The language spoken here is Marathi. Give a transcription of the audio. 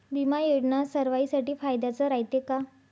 बिमा योजना सर्वाईसाठी फायद्याचं रायते का?